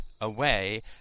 away